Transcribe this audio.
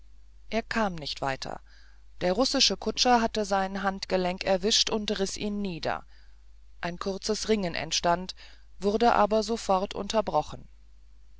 er kam nicht weiter der russische kutscher hatte sein handgelenk erwischt und riß ihn nieder ein kurzes ringen entstand wurde aber sofort unterbrochen